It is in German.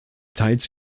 teils